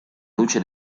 luce